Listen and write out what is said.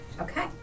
Okay